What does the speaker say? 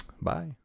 Bye